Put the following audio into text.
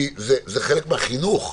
כי זה חלק מהחינוך.